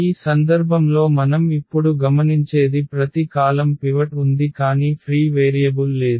ఈ సందర్భంలో మనం ఇప్పుడు గమనించేది ప్రతి కాలమ్ పివట్ ఉంది కానీ ఫ్రీ వేరియబుల్ లేదు